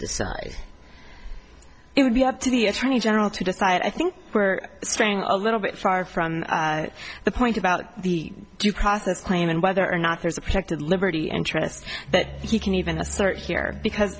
decide it would be up to the attorney general to decide i think we're straying a little bit far from the point about the due process claim and whether or not there's a protected liberty interest that he can even assert here because